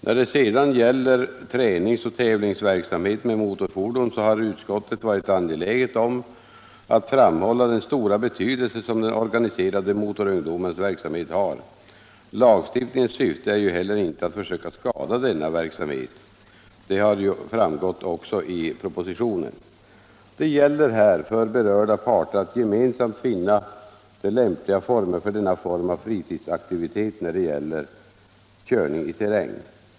När det sedan gäller träningsoch tävlingsverksamhet med motorfordon så har utskottet varit angeläget om att framhålla den stora betydelse som den organiserade motorungdomens verksamhet har. Lagstiftningens syfte är ju heller inte att försöka skada denna verksamhet. Det har framgått också i propositionen. Det gäller här för berörda parter att gemensamt finna de lämpliga formerna för denna form av fritidsaktivitet när det gäller körning i terräng.